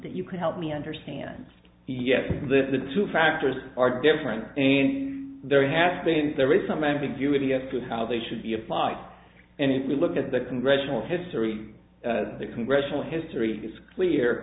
you can help me understand yes because if the two factors are different and there has been there is some ambiguity as to how they should be applied and if we look at the congressional history of the congressional history it's clear